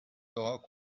دعا